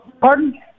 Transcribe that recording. Pardon